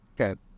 Okay